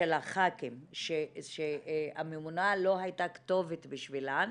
של הח"כים, שהממונה לא הייתה כתובת בשבילן,